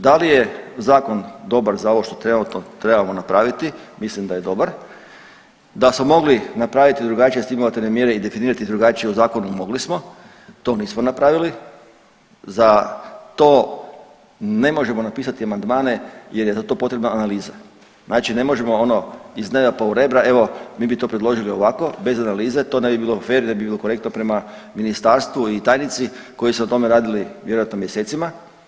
Da li je zakon dobar za ovo što trenutno trebamo napraviti, mislim da je dobar, da smo mogli napraviti drugačije stimulativne mjere i definirati drugačije u zakonu mogli smo, to nismo napravili, za to ne možemo napisati amandmane jer je za to potrebna analiza, znači ne možemo ono iz neba, pa u rebra, evo mi bi to predložili ovako bez analize, to ne bi bilo fer, ne bi bilo korektno prema ministarstvu i tajnici koji su na tome radili vjerojatno mjesecima.